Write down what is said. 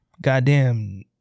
goddamn